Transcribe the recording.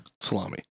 Salami